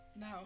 No